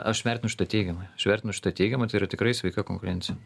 aš vertinu šitą teigiamai aš vertinu šitą teigiamą tai yra tikrai sveika konkurencija